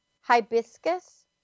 Hibiscus